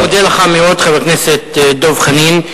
אני מודה לך מאוד, חבר הכנסת דב חנין.